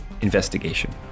investigation